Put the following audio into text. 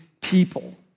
people